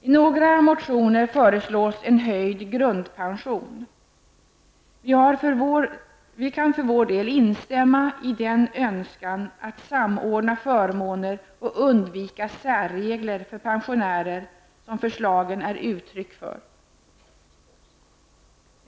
I några motioner föreslås en höjd grundpension. Vi kan för vår del instämma i denna önskan att samordna förmåner och undvika särregler för pensionärer, vilket förslagen är uttryck för.